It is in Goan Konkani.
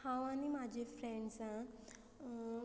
हांव आनी म्हाज्या फ्रेंड्सांक